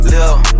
Lil